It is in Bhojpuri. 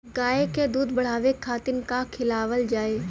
गाय क दूध बढ़ावे खातिन का खेलावल जाय?